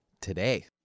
today